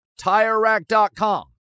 TireRack.com